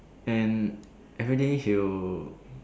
and everyday he will